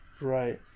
Right